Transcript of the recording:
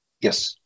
Yes